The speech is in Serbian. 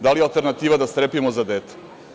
Da li je alternativa da strepimo za dete?